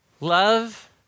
Love